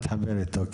נגדיר את זה לערבים.